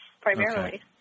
primarily